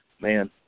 man